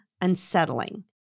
unsettling